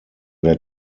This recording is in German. der